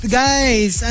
guys